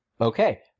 Okay